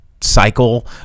cycle